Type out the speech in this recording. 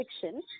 fiction